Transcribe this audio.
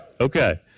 okay